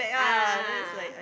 ah ah